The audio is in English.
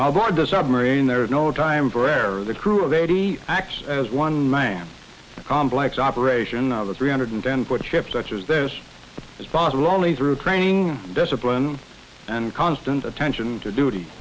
board the submarine there is no time for error the crew lady acts as one man the complex operation of the three hundred ten foot ship such as this is possible only through training discipline and constant attention to duty